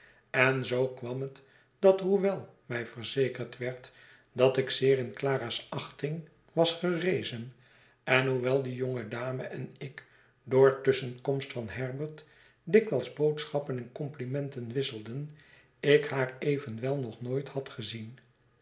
en zoo kwam het dat hoewel mij verzekerd werd dat ik zeer in clara's achting was gerezen en hoewel die jonge dame enik door tusschenkomst van herbert dikwijls boodschappen en complimenten wisselden ik haar evenwel nog nooit had gezien